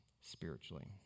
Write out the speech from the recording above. spiritually